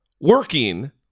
working